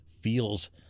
feels